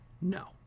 no